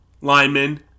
lineman